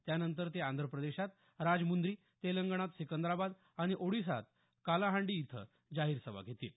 त्यानंतर ते आंध्रप्रदेशात राजमुंद्री तेलंगणात सिकंदराबाद आणि ओडिसात कालाहंडी इथं जाहीर सभा घेतील